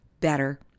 better